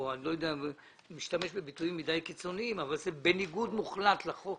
אני משתמש בביטויים קיצוניים מדי אבל זה בניגוד מוחלט לחוק.